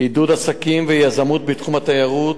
עידוד עסקים ויזמות בתחום התיירות,